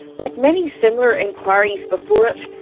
like many similar inquiries before it,